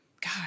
God